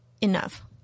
enough